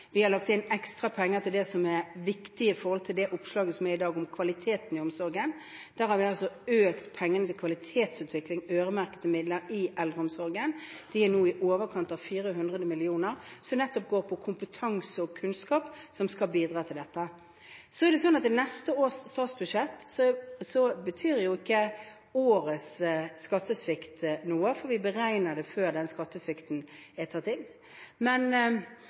Vi har lagt inn ekstra penger til det som er viktig når det gjelder det oppslaget som er i dag, om kvaliteten i omsorgen. Der har vi altså økt de øremerkede midlene til kvalitetsutvikling i eldreomsorgen. De er nå på i overkant av 400 mill. kr, som nettopp går til kompetanse og kunnskap som skal bidra til dette. Så er det sånn at for neste års statsbudsjett betyr ikke årets skattesvikt noe, for vi beregner det før denne skattesvikten er tatt inn.